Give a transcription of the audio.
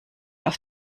auf